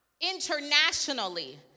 internationally